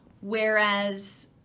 whereas